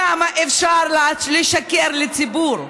כמה אפשר לשקר לציבור?